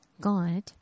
God